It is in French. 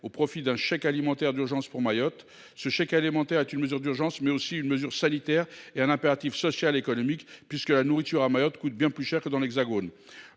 au profit d’un chèque alimentaire d’urgence pour Mayotte. Ce chèque alimentaire est une mesure d’urgence, mais aussi une mesure sanitaire et un impératif social et économique puisque la nourriture, à Mayotte, coûte bien plus cher que dans l’Hexagone.